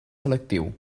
selectiu